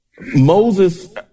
Moses